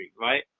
right